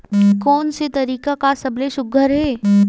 कोन से तरीका का सबले सुघ्घर हे?